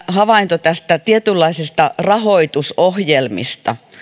havainto näistä tietynlaisista rahoitusohjelmista